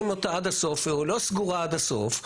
אותה עד הסוף או לא סגורה עד הסוף,